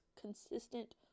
consistent